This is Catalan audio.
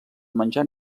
menjar